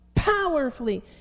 powerfully